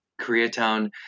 Koreatown